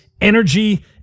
energy